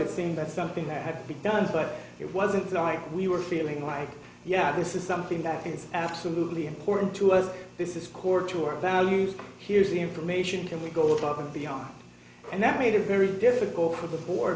it seemed that something that had been done but it wasn't like we were feeling like yeah this is something that is absolutely important to us this is core to our values here's the information can we go talk to the young and that made it very difficult for the